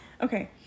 Okay